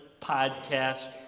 podcast